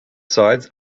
sides